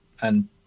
And-